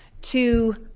to